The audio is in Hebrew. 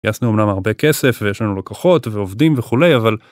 גייסנו אמנם הרבה כסף ויש לנו לוקחות ועובדים וכולי אבל.